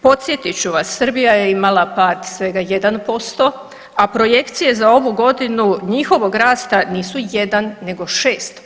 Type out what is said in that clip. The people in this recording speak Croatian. Podsjetit ću vas Srbija je imala pad svega 1%, a projekcije za ovu godinu njihovog rasta nisu 1, nego 6%